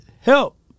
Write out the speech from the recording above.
help